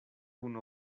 kun